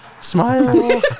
smile